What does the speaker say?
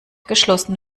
geschlossen